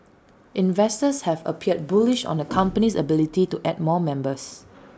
investors have appeared bullish on the company's ability to add more members